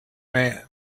man